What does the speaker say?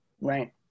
right